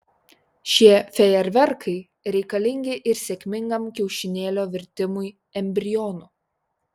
šie fejerverkai reikalingi ir sėkmingam kiaušinėlio virtimui embrionu